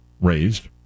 raised